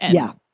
yeah,